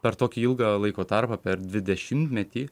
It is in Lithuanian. per tokį ilgą laiko tarpą per dvidešimtmetį